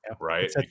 right